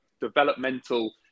developmental